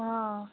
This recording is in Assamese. অঁ অঁ